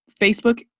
Facebook